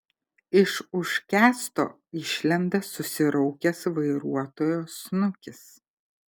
iš už kęsto išlenda susiraukęs vairuotojo snukis